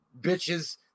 bitches